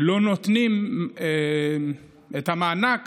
לא נותנים את המענק